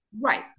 right